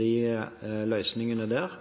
de løsningene der,